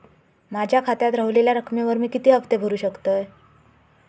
माझ्या खात्यात रव्हलेल्या रकमेवर मी किती हफ्ते भरू शकतय?